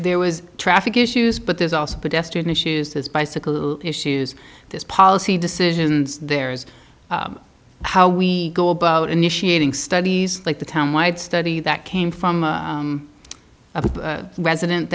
there was traffic issues but there's also pedestrian issues as bicycle issues this policy decisions there is how we go about initiating studies like the town wide study that came from a resident